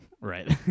Right